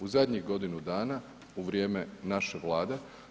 U zadnjih godinu dana u vrijeme naše Vlade.